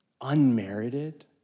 unmerited